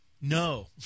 No